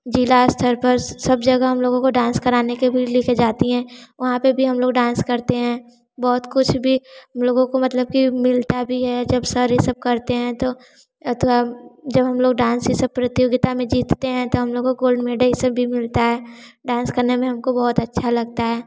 जिला स्तर पर सब जगह हम लोगों को डांस कराने के लिए भी लेकर जाती है वहाँ पे भी हम लोग डांस करते हैं बहुत कुछ भी हम लोगों को मतलब की मिलता भी है जब सर ये सब करते हैं तो जब हम लोग डांस ये सब प्रतियोगिता में जीतते हैं तो हम लोगों को गोल्ड मेडल ये सब भी मिलता है डांस करने में हमको बहुत अच्छा लगता है